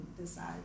decide